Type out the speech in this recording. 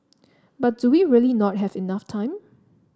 but do we really not have enough time